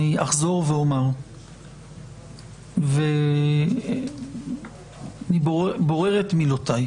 אני אחזור ואומר ואני בורר את מילותיי,